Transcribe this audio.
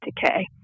decay